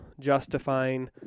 justifying